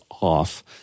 off